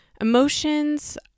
Emotions